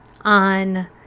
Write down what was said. on